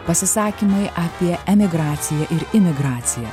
pasisakymai apie emigraciją ir imigraciją